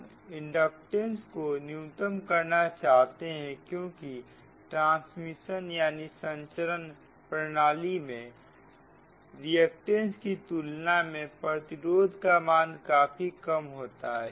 हम इंडक्टेंस को न्यूनतम करना चाहते हैं क्योंकि संचरण प्रणाली में रिएक्टेंस की तुलना में प्रतिरोध का मान काफी कम होता है